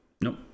Nope